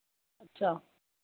अच्छा